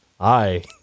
Hi